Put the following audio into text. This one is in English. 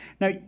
Now